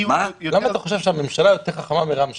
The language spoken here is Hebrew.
למה אתה חושב שהממשלה יותר חכמה מרם שפע?